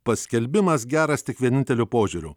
paskelbimas geras tik vieninteliu požiūriu